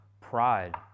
Pride